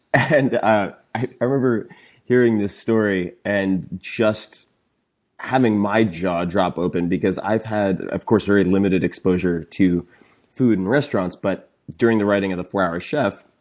and um i remember hearing this story and just having my jaw drop open because i've had, of course, very limited exposure to food and restaurants, but during the writing of the four hour chef,